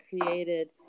created